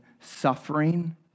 suffering